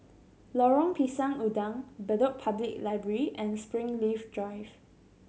Lorong Pisang Udang Bedok Public Library and Springleaf Drive